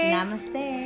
Namaste